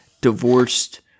divorced